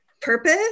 purpose